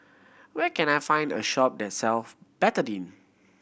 where can I find a shop that self Betadine